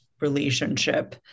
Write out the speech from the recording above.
relationship